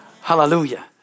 Hallelujah